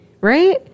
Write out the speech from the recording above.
right